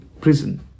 prison